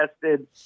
tested